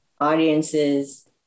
audiences